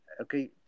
Okay